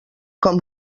com